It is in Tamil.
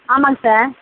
ஆமாங்க சார்